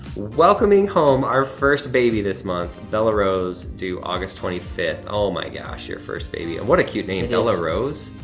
welcoming home our first baby this month, and bella rose, due august twenty fifth. oh my gosh, you're first baby. and what a cute name, bella rose?